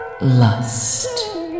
lust